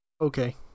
Okay